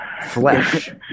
flesh